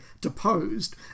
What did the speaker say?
deposed